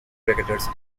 cricketers